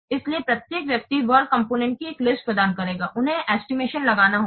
इसलिए प्रत्येक व्यक्ति वर्क कॉम्पोनेन्ट की एक लिस्ट प्रदान करेगा उन्हें एस्टिमेशन लगाना होगा